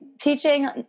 teaching